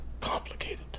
Complicated